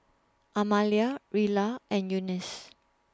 Amalia Rilla and Eunice